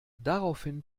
daraufhin